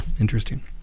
interesting